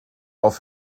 auf